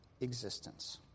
existence